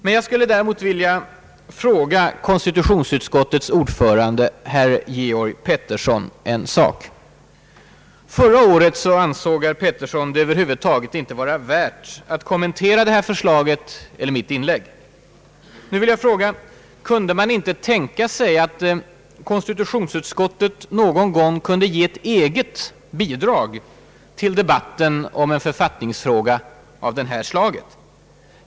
Men jag skulle vilja fråga konstitutionsutskottets ordförande herr Georg Pettersson en sak. Förra året ansåg han det inte vara värt att kommentera förslaget eller mitt anförande. Nu vill jag fråga herr Pettersson: Kunde man inte tänka sig att konstitutionsutskottet någon gång kunde ge ett eget bidrag till debatten om en författningsfråga av det här slaget?